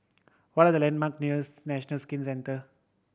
what are the landmark nears National Skin Centre